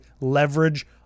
leverage